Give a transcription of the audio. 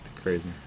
crazy